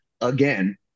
again